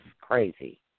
crazy